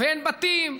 ואין בתים,